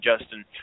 Justin